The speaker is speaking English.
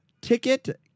ticket